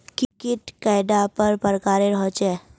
कीट कैडा पर प्रकारेर होचे?